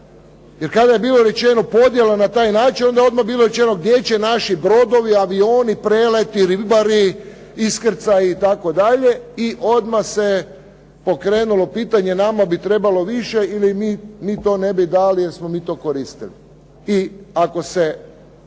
jer kada je bilo rečeno podjela na taj način, onda je odmah bilo rečeno gdje će naši brodovi, avioni, preleti, ribari, iskrcaji itd. i odmah se pokrenulo pitanje nama bi trebalo više ili mi to ne bi dali jer smo mi to koristili. I ako se